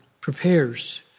prepares